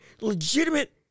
Legitimate